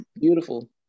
Beautiful